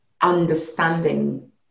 understanding